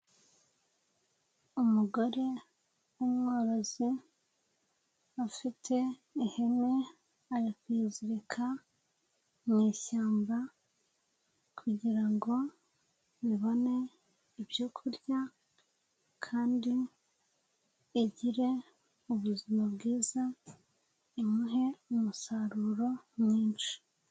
Umugore w'umworozi afite ihene ari kuyizirika mu ishyamba, kugira ngo ibone ibyo kurya ,kandi igire ubuzima bwiza ,imuhe umusaruro mwinshi.